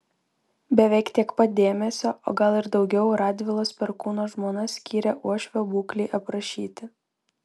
beveik tiek pat dėmesio o gal ir daugiau radvilos perkūno žmona skyrė uošvio būklei aprašyti